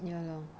ya lor